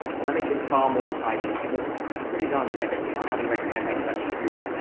so that makes it far more tidy. it looks pretty darn sexy and i highly recommend that you actually do that.